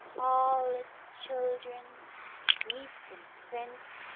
all its children, sweep and prince,